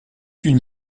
une